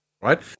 right